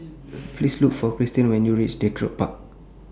Please Look For Cristen when YOU REACH Draycott Park